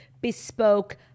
bespoke